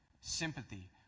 sympathy